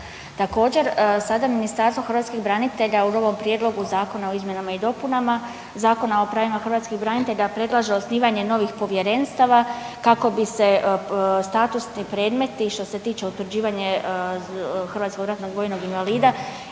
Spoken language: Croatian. Također sada Ministarstvo hrvatskih branitelja u novom prijedlogu zakona o izmjenama i dopunama Zakona o pravima hrvatskih branitelja predlaže osnivanje novih povjerenstava kako bi se statusni predmeti što se tiče utvrđivanje hrvatskog ratnog vojnog invalida